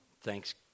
thanks